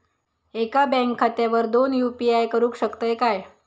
एका बँक खात्यावर दोन यू.पी.आय करुक शकतय काय?